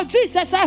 Jesus